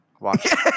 watch